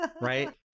right